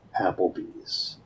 Applebee's